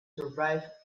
survived